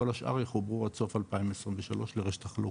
כל השאר יחוברו עד סוף 2023 לרשת המלקה.